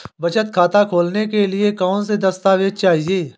बचत खाता खोलने के लिए कौनसे दस्तावेज़ चाहिए?